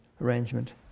arrangement